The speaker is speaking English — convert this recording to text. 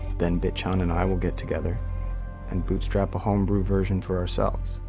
then, bitchan and i will get together and bootstrap a homebrew version for ourselves.